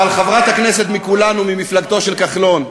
אבל, חברת הכנסת מכולנו, ממפלגתו של כחלון,